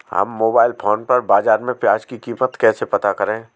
हम mobile phone पर बाज़ार में प्याज़ की कीमत कैसे पता करें?